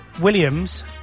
Williams